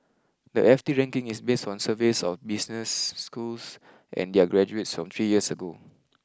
the F T ranking is based on surveys of business schools and their graduates from three years ago